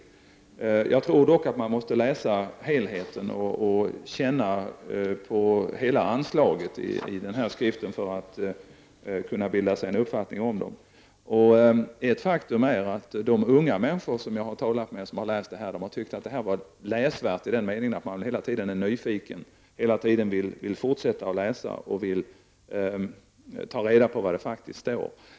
Jag tror dock att man måste läsa skriften i sin helhet och känna på hela anslaget i den för att kunna bilda sig en uppfattning. Ett faktum är att de unga människor som jag har talat med och som har läst skriften tyckt att den har varit läsvärd i den meningen att man hela tiden har varit nyfiken och hela tiden velat fortsätta att läsa och ta reda på vad som står.